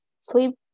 sleep